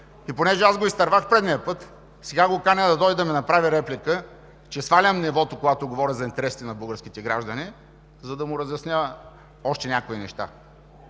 Понеже го изтървах предния път, сега го каня да дойде да ми направи реплика, че свалям нивото, когато говоря за интересите на българските граждани, за да му разясня още някои неща.